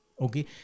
okay